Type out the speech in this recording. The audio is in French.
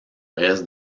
reste